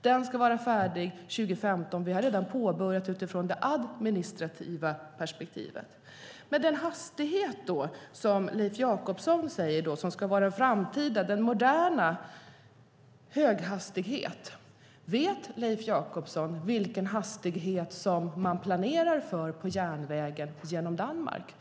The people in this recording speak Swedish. Den ska vara färdig 2015, och vi har redan påbörjat den utifrån det administrativa perspektivet. Leif Jakobsson talar om den hastighet som ska vara den framtida, moderna höghastigheten. Vet Leif Jakobsson vilken hastighet som man planerar för på järnvägen genom Danmark?